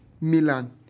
Milan